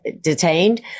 detained